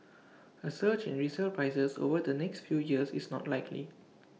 A surge in resale prices over the next few years is not likely